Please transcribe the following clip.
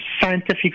scientific